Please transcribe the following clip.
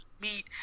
meet